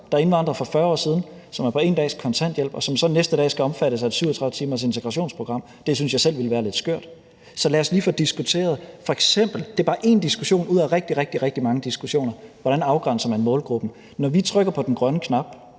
er indvandret for 40 år siden, og som er på 1 dags kontanthjælp, og som så næste dag skal omfattes af et 37-timersintegrationsprogram? Det synes jeg selv ville være lidt skørt. Så lad os lige få diskuteret – og det er bare én diskussion ud af rigtig, rigtig mange diskussioner – hvordan man f.eks. afgrænser målgruppen. Når vi trykker på den grønne knap